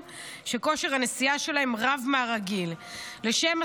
ואני שמחה שגם הממשלה ראתה את החשיבות שיש לחוק